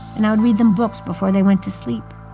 and i would read them books before they went to sleep.